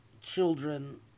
children